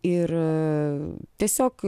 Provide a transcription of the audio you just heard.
ir tiesiog